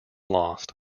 lost